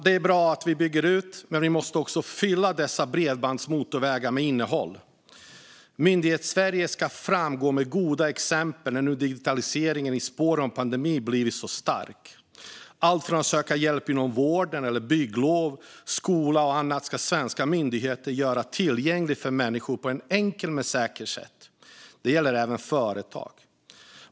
Det är bra att vi bygger ut, men vi måste också fylla dessa bredbandsmotorvägar med innehåll. Myndighetssverige ska föregå med gott exempel när digitaliseringen i spåren av pandemin nu blivit så stark. Allt från att söka hjälp inom vården till att söka bygglov eller skola ska svenska myndigheter göra tillgängligt för människor på ett enkelt och säkert sätt. Det gäller även företag.